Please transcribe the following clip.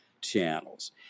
channels